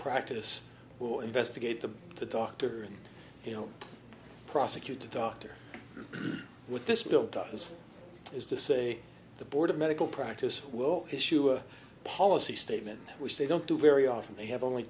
practice will investigate to the doctor you know prosecute the doctor with this bill does is to say the board of medical practice will issue a policy statement which they don't do very often they have only